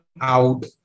out